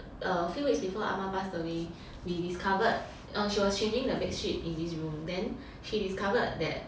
a few weeks before ah ma passed away we discovered orh she was changing the bedsheet in this room then she discovered that